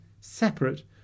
separate